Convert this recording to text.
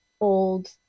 old